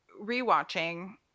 re-watching